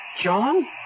John